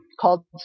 called